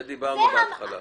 על זה דיברנו בראשית הישיבה.